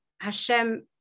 Hashem